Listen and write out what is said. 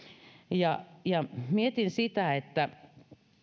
ja ja mietin sitä että